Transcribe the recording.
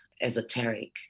esoteric